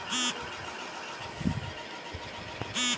किसान सम्मान योजना खेती से जुरल छै